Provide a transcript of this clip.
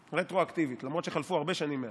רטרואקטיבית, למרות שחלפו הרבה שנים מאז.